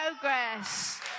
progress